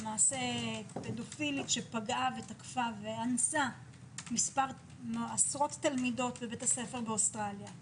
פדופילית שפגעה ותקפה ואנסה עשרות תלמידות בבית ספר באוסטרליה.